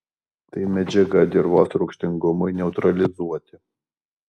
tai medžiaga dirvos rūgštingumui neutralizuoti